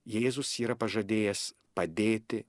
jėzus yra pažadėjęs padėti